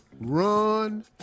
Run